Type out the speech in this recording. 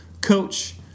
coach